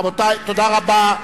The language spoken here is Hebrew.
רבותי, תודה רבה.